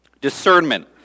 Discernment